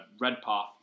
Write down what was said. Redpath